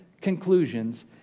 conclusions